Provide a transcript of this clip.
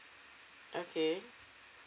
okay